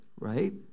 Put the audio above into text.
right